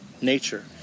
nature